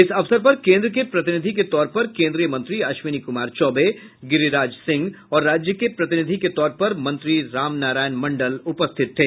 इस अवसर पर केन्द्र के प्रतिनिधि के तौर पर केन्द्रीय मंत्री अश्विनी कुमार चौबे गिरीराज सिंह और राज्य के प्रतिनिधि के तौर पर मंत्री रामनारायण मंडल उपस्थित थे